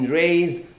raised